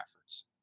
efforts